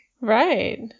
Right